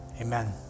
Amen